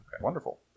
Wonderful